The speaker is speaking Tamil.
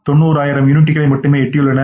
90000 யூனிட்டுகள் மட்டுமே எட்டியுள்ளன